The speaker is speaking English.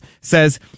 says